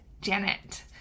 Janet